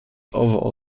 overall